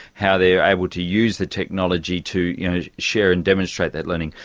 how they are able to use the technology to share and demonstrate that learning.